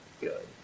good